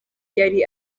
yari